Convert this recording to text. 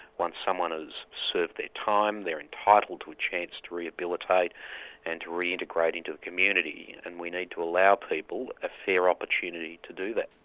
once someone has served their time, they're entitled to a chance to rehabilitate and to reintegrate into the community, and we need to allow people a fair opportunity to do that.